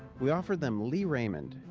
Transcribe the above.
we offered them lee raymond,